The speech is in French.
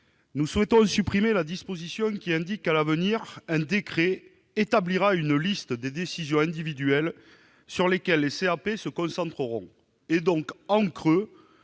Nous souhaitons supprimer la disposition qui indique qu'à l'avenir un décret établira une liste des décisions individuelles sur lesquelles les CAP se concentreront, et donc en creux